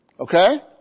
Okay